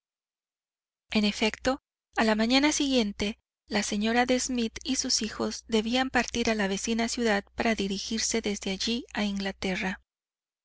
en efecto a la mañana siguiente la señora de smith y sus hijos debían partir a la vecina ciudad para dirigirse desde allí a inglaterra